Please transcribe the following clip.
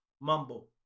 mumble